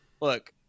look